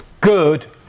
good